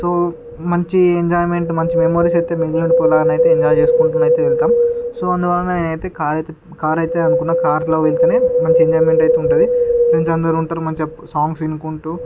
so మంచి enjoyment మంచి memories అయితే మిగిలుండి పోవాలని ఎంజాయ్ చేసుకుంటూనైతే వెళతాం సో అందులన నేను అయితే కారు అయితే అనుకున్న కారులో వెళితేనే మంచి ఎంజాయ్మెంట్ ఉంటుంది ఫ్రెండ్స్ అందరూ ఉంటారు మంచిగా సాంగ్స్ వినుకుంటూ